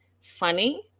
funny